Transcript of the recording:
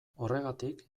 horregatik